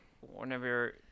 whenever